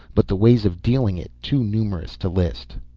but the ways of dealing it too numerous to list.